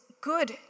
good